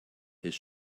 his